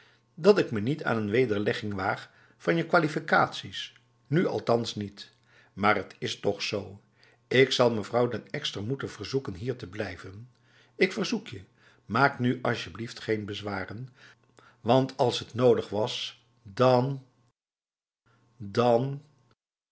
dat ik me niet aan een wederlegging waag van je kwalificaties nu althans niet maar het is toch zo ik zal mevrouw den ekster moeten verzoeken hier te blijven ik verzoekje maak nu asjeblieft geen bezwaren want als het nodig was dan dan